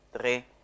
three